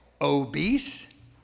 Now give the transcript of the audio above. obese